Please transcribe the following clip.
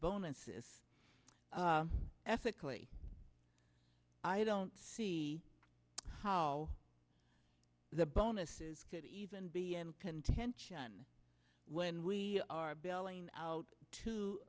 bonuses ethically i don't see how the bonuses could even be in contention when we are bailing out too